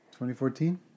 2014